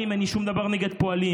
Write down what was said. פועלים.